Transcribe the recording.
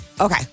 Okay